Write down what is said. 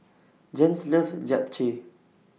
Jens loves Japchae